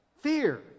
Fear